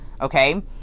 okay